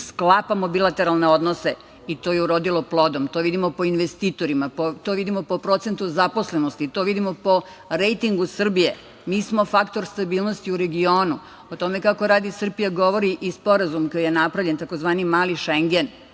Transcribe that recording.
Sklapamo bilateralne odnose i to je urodilo plodom. To vidimo po investitorima, to vidimo po procentu zaposlenosti. To vidimo po rejtingu Srbije. Mi smo faktor stabilnosti u regionu.O tome kako radi Srbija govori i Sporazum koji je napravljen, tzv. „mali šengen“.